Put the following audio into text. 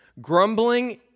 Grumbling